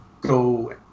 go